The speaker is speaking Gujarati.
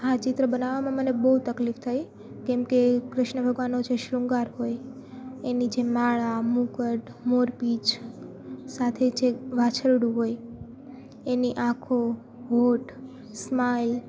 હા ચિત્ર બનાવવામાં મને બહુ તકલીફ થઈ કેમ કે કૃષ્ણ ભગવાનનો જે શૃંગાર હોય એની જે માળા મુગટ મોરપીંચ્છ સાથે જે વાછરડું હોય એની આંખો હોઠ સ્માઈલ